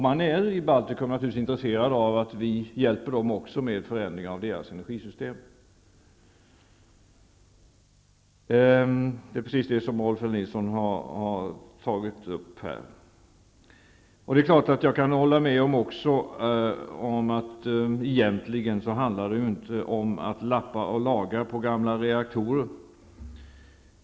Man är i Baltikum intresserad av att vi hjälper dem också med förändring av deras energisystem. Det är precis vad Rolf L Nilson tog upp här. Jag kan hålla med om att det egentligen inte handlar om att lappa och laga gamla reaktorer.